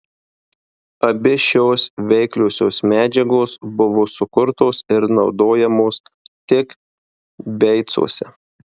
abi šios veikliosios medžiagos buvo sukurtos ir naudojamos tik beicuose